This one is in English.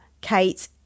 Kate